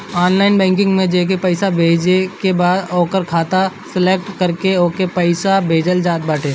online banking में जेके पईसा भेजे के बा ओकर खाता सलेक्ट करके ओके पईसा भेजल जात बाटे